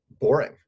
boring